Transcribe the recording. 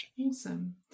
Awesome